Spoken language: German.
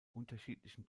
unterschiedlichen